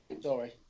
Sorry